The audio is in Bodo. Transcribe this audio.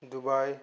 दुबाइ